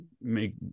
make